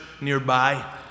nearby